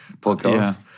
podcast